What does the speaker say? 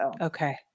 Okay